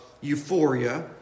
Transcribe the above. euphoria